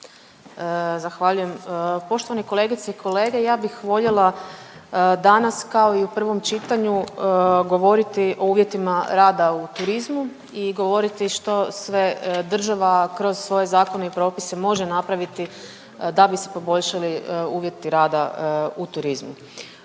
Zahvaljujem. Poštovane kolegice i kolege. Ja bih voljela danas kao i u prvom čitanju govoriti o uvjetima rada u turizmu i govoriti što sve država kroz svoje zakone i propise može napraviti da bi se poboljšali uvjeti rada u turizmu.